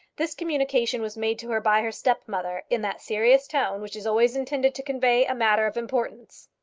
this communication was made to her by her stepmother, in that serious tone which is always intended to convey a matter of importance.